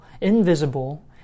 invisible